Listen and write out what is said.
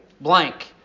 blank